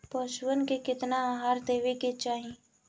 पशुअन के केतना आहार देवे के चाही?